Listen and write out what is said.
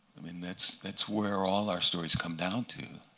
i mean that's that's where all our stories come down to.